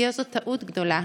תהיה זאת טעות גדולה,